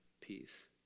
peace